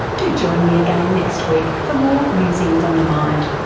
do join me again next week for more musings on the mind.